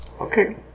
Okay